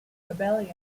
rebellion